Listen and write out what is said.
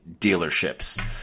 dealerships